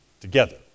together